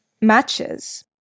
matches